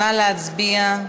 נא להצביע.